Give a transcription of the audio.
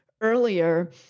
earlier